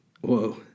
whoa